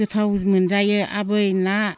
गोथाव मोनजायो आबै ना